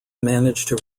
managed